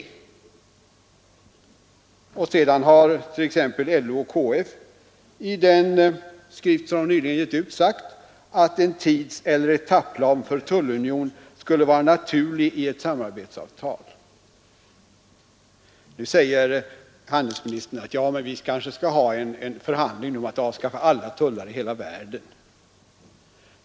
Sedan dess har t.ex. LO och KF i en skrift som dessa organisationer nyligen givit ut sagt, att en tidseller etapplan för en tullunion skulle vara naturlig i ett samarbetsavtal. Nu säger handelsministern: Ja, men vi skall ha en förhandling om att kanske avskaffa alla tullar i hela världen.